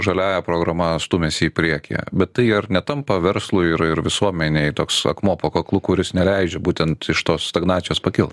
žaliąja programa stumiasi į priekį bet tai ar netampa verslui ir ir visuomenei toks akmuo po kaklu kuris neleidžia būtent iš tos stagnacijos pakilt